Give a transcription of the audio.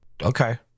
Okay